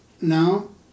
No